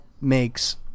makes